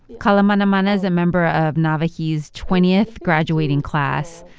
kalamanamana is a member of nawahi's twentieth graduating class,